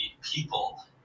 people